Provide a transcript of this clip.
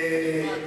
תלמד,